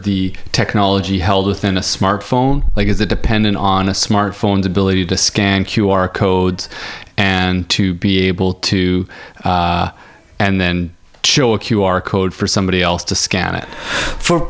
the technology held within a smartphone like as a dependent on a smartphone ability to scan q r codes and to be able to and then chill q r code for somebody else to scan it for